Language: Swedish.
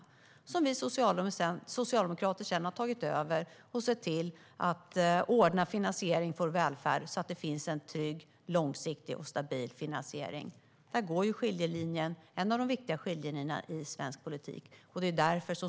Dessa underskott har Socialdemokraterna tagit över och sedan sett till att ordna finansiering av vår välfärd så att det finns en trygg, långsiktig och stabil finansiering. Här går en av de viktiga skiljelinjerna i svensk politik.